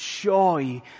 joy